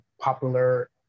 popular